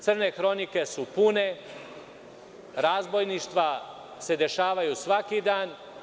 Crne hronike su pune, razbojništva se dešavaju svaki dan.